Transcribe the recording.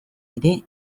ere